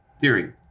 theory